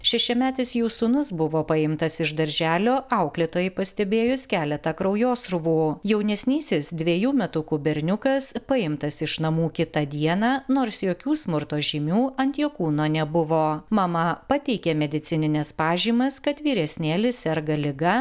šešiametis jų sūnus buvo paimtas iš darželio auklėtojai pastebėjus keletą kraujosruvų jaunesnysis dvejų metukų berniukas paimtas iš namų kitą dieną nors jokių smurto žymių ant jo kūno nebuvo mama pateikė medicinines pažymas kad vyresnėlis serga liga